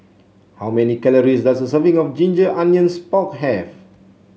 how many calories does a serving of Ginger Onions Pork have